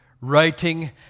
writing